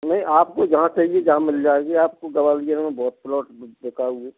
नहीं आपको जहाँ चाहिए वहाँ मिल जाएगा आपको ग्वालियर में बहुत प्लॉट बिकाऊ हैं